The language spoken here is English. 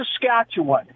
Saskatchewan